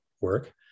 work